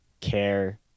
care